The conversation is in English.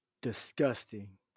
Disgusting